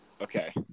Okay